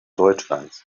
deutschlands